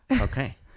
okay